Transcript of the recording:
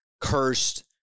cursed